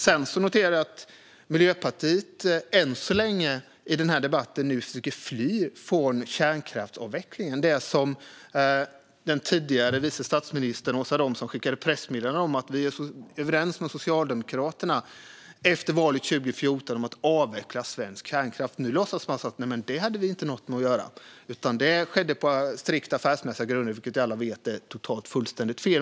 Sedan noterar jag att Miljöpartiet än så länge i denna debatt försöker fly från kärnkraftsavvecklingen, trots att den tidigare vice statsministern Åsa Romson skickade ut ett pressmeddelande och sa: Vi är överens med Socialdemokraterna om att efter valet 2014 avveckla svensk kärnkraft. Nu låtsas man som att man inte hade något med det att göra utan att det skedde på strikt affärsmässiga grunder, vilket alla vet är fullständigt fel.